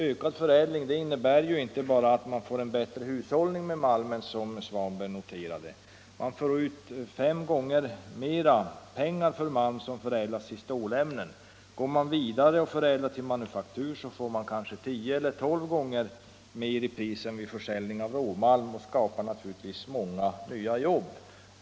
Ökad förädling innebär inte bara att man får en bättre hushållning med malmen, som herr Svanberg noterade, utan man får också ut fem gånger mer pengar för malm som förädlats till stålämnen. Går man vidare och förädlar till manufaktur, får man kanske tio eller tolv gånger högre pris än vid försäljning av råmalm. Dessutom skapas naturligtvis många nya jobb.